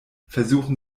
versuchen